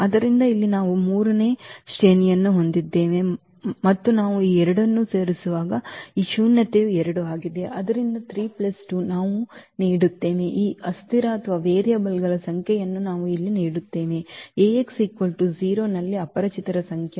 ಆದ್ದರಿಂದ ಇಲ್ಲಿ ನಾವು 3 ನೇ ಶ್ರೇಣಿಯನ್ನು ಹೊಂದಿದ್ದೇವೆ ಮತ್ತು ನಾವು ಈ ಎರಡನ್ನು ಸೇರಿಸುವಾಗ ಈ ಶೂನ್ಯತೆಯು 2 ಆಗಿದೆ ಆದ್ದರಿಂದ 3 2 ನಾವು ನೀಡುತ್ತೇವೆ ಈ ಅಸ್ಥಿರಗಳ ವೇರಿಯಬಲ್ ಸಂಖ್ಯೆಯನ್ನು ನಾವು ಇಲ್ಲಿ ನೀಡುತ್ತೇವೆ ನಲ್ಲಿ ಅಪರಿಚಿತರ ಸಂಖ್ಯೆ